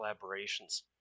collaborations